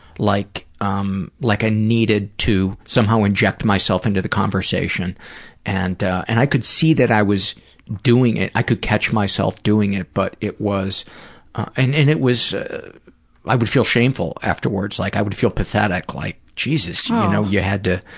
like um like i needed to somehow inject myself into the conversation and and i could see that i was doing it, i could catch myself doing it but it was and and it was i would feel shameful afterwards, like, i would feel pathetic, like, jesus, you know, you had to,